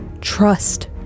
trust